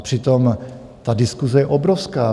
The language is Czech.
Přitom ta diskuse je obrovská.